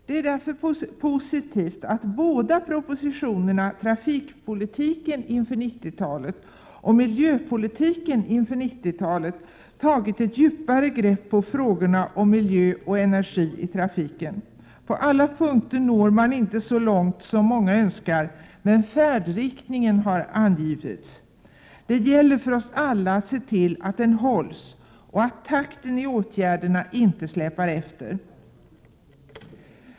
Det är därför positivt att det i propositionerna Trafikpolitiken inför 90-talet och Miljöpolitiken inför 90-talet har tagits ett fastare grepp på frågorna om miljö och energi i trafiken. På alla punkter når man inte så långt som många önskar, men färdriktningen har angivits. Det gäller för oss alla att se till att denna hålls och att takten i åtgärderna inte släpar efter.